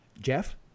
Jeff